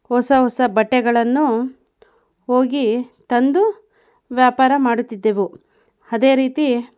ಹೊಸ ಹೊಸ ಬಟ್ಟೆಗಳನ್ನು ಹೋಗಿ ತಂದು ವ್ಯಾಪಾರ ಮಾಡುತ್ತಿದ್ದೆವು ಅದೇ ರೀತಿ